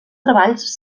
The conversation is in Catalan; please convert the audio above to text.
treballs